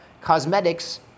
cosmetics